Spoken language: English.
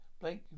Blake